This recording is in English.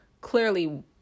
clearly